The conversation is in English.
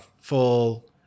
full